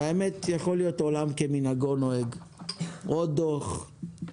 ויכול להיות עולם כמנהגו נוהג עוד דוח,